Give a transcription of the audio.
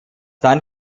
dann